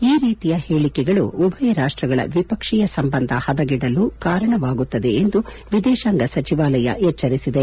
ಈ ರೀತಿಯ ಹೇಳಿಕೆಗಳು ಉಭಯ ರಾಷ್ಟಗಳ ದ್ವಿಪಕ್ಷೀಯ ಸಂಬಂಧ ಹದಗೆಡಲು ಕಾರಣವಾಗುತ್ತದೆ ಎಂದು ವಿದೇಶಾಂಗ ಸಚಿವಾಲಯ ಎಚ್ಚರಿಸಿದೆ